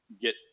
get